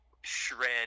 shred